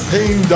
Pain